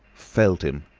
felled him,